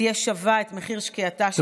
יהיה שווה את מחיר שקיעתה של ישראל,